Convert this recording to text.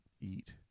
eat